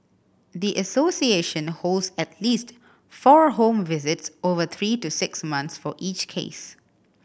the association holds at least four home visits over three to six months for each case